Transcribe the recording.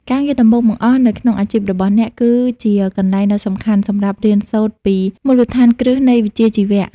ការងារដំបូងបង្អស់នៅក្នុងអាជីពរបស់អ្នក គឺជាកន្លែងដ៏សំខាន់សម្រាប់រៀនសូត្រពីមូលដ្ឋានគ្រឹះនៃវិជ្ជាជីវៈ។